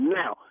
now